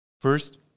First